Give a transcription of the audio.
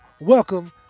welcome